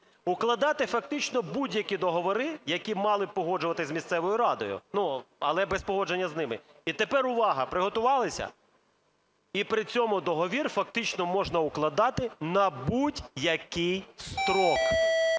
укладати фактично будь-які договори, які мали би погоджуватися з місцевою радою, але без погодження з ними. І тепер – увага! – приготувалися? І при цьому договір фактично можна укладати на будь-який строк.